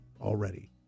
already